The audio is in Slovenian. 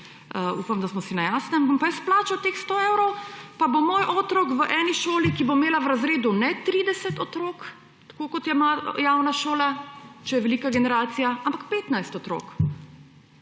upam, da smo si na jasnem – bom pa jaz plačal teh 100 evrov, pa bo moj otrok v eni šoli, ki bo imela v razredu ne 30 otrok, kot jih je v javni šoli, če je velika generacija, ampak 15 otrok,